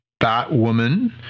Batwoman